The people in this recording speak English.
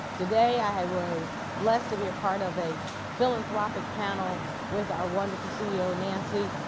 today i was blessed to be a part of a philanthropic panel with our wonderful ceo, nancy.